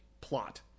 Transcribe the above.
plot